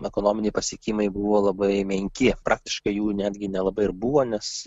ekonominiai pasiekimai buvo labai menki praktiškai jų netgi nelabai ir buvo nes